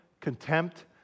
contempt